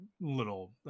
little